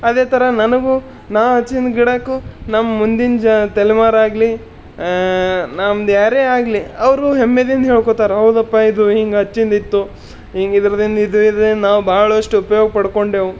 ಅದೇ ಥರ ನನಗೂ ನಾ ಹಚ್ಚಿದ್ದ ಗಿಡಕ್ಕೂ ನಮ್ಮ ಮುಂದಿನ ಜ ತಲೆಮಾರು ಆಗಲಿ ನಮ್ದು ಯಾರೇ ಆಗಲಿ ಅವರು ಹೆಮ್ಮೆಯಿಂದ ಹೇಳ್ಕೋತಾರೆ ಹೌದಪ್ಪ ಇದು ಹಿಂಗೆ ಹಚ್ಚಿದ್ದು ಇತ್ತು ಈಗ ಇದ್ರಿದ್ದೇನು ಇದ್ರ ನಾವು ಭಾಳಷ್ಟು ಉಪ್ಯೋಗ ಪಡ್ಕೊಂಡೆವು